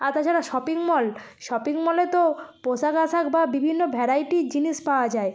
আর তাছাড়া shopping mall shopping মলে তো পোশাক আশাক বা বিভিন্ন ভ্যারাইটির জিনিস পাওয়া যায়